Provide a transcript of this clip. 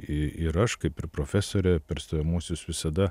iir aš kaip ir profesorė per stojamuosius visada